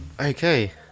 Okay